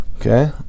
Okay